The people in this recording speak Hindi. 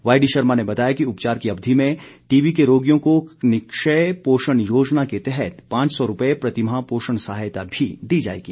वाईडीशर्मा ने बताया कि उपचार की अवधि में टीबी के रोगियों को निक्षय पोषण योजना के तहत पांच सौ रूपए प्रतिमाह पोषण सहायता भी दी जाएगी